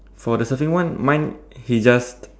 for the surfing one mine he just